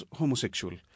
homosexual